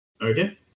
Okay